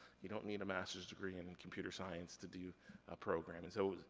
you don't need a master's degree in and computer science to do a program. and so,